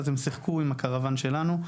אז הם שיחקו עם הקרוואן שלנו,